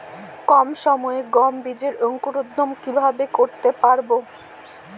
কম সময়ে গম বীজের অঙ্কুরোদগম কিভাবে করতে পারব?